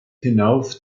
hinauf